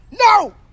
No